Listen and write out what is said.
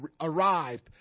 arrived